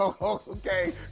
Okay